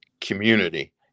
community